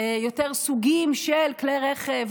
יותר סוגים של כלי רכב,